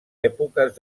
èpoques